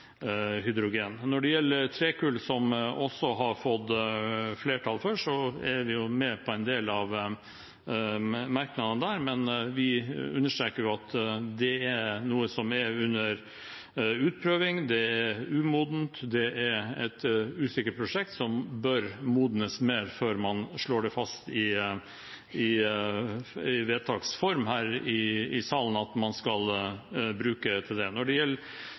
hydrogen. Når det gjelder trekull, som man også har fått flertall for, er vi med på en del av merknadene der, men vi understreker at det er noe som er under utprøving. Det er umodent, det er et usikkert prosjekt, som bør modnes mer før man slår fast i vedtaks form her i salen at man skal bruke det. Når det